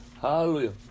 Hallelujah